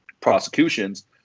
prosecutions